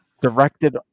directed